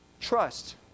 Trust